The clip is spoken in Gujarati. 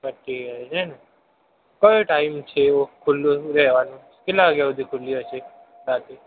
ભટ્ટી ગેરેજ હેં ને કયો ટાઈમ છે એવો ખૂલ્લું રહેવાનો કેટલા વાગ્યા સુધી ખૂલ્લી હશે રાતે